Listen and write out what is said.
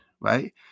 right